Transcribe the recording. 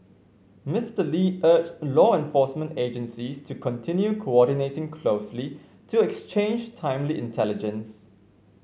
Mister Lee urged law enforcement agencies to continue coordinating closely to exchange timely intelligence